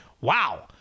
wow